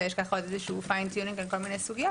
ויש עוד איזשהו פיין טיונינג על כל מיני סוגיות.